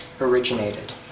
originated